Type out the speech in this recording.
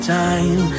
time